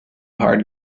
hard